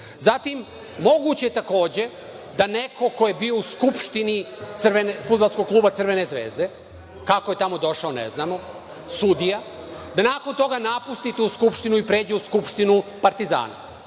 čuli. Takođe je moguće da neko ko je bio u skupštini fudbalskog kluba Crvene Zvezde, kako je tamo došao, ne znamo, sudija, da nakon toga napusti tu skupštinu i pređe u Skupštinu Partizana.